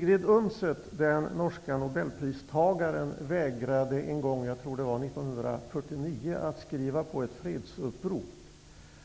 Fru talman! Den norska nobelpristagaren Sigrid Undset vägrade en gång -- jag tror att det var 1949 -- att skriva på ett fredsupprop.